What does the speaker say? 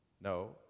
No